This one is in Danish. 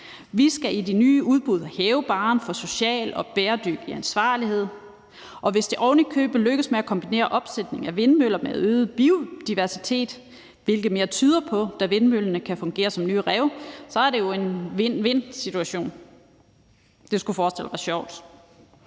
Vi skal i de nye udbud hæve barren for social og bæredygtig ansvarlighed, og hvis det ovenikøbet lykkes med at kombinere en opsætning af vindmøller med en øget biodiversitet, hvilket mere tyder på, da vindmøllerne kan fungere som nye rev, så er det jo en vind-vind-situation. Det skulle være en sjov